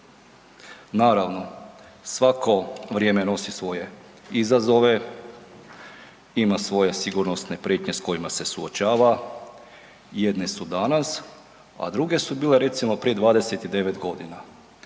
Naravno svako vrijeme nosi svoje izazove, ima svoje sigurnosne prijetnje s kojima se suočava, jedne su danas, a druge su bile recimo prije 29 godina.